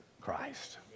Christ